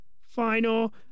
final